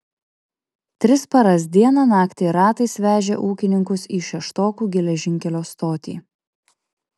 tris paras dieną naktį ratais vežė ūkininkus į šeštokų geležinkelio stotį